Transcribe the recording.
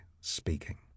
speaking